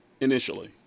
initially